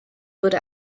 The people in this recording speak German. wurde